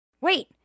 Wait